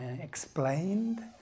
explained